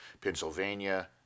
Pennsylvania